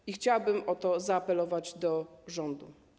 I chciałabym o to zaapelować do rządu.